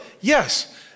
Yes